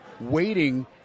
waiting